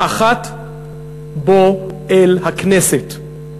האחת, בוא אל הכנסת.